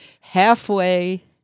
halfway